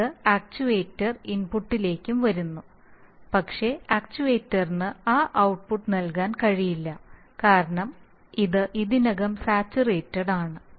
ഇത് ആക്ച്യുവേറ്റർ ഇൻപുട്ടിലേക്കും വരുന്നു പക്ഷേ ആക്ച്യുവേറ്ററിന് ആ ഔട്ട്പുട്ട് നൽകാൻ കഴിയില്ല കാരണം ഇത് ഇതിനകം സാച്ചുറേറ്റഡ് ആണ്